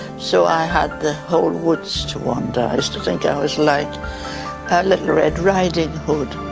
so i had the whole woods to wander. i used to think i was like little red riding hood!